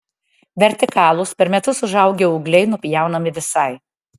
vertikalūs per metus užaugę ūgliai nupjaunami visai